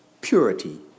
purity